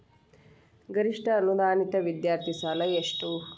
ಗರಿಷ್ಠ ಅನುದಾನಿತ ವಿದ್ಯಾರ್ಥಿ ಸಾಲ ಎಷ್ಟ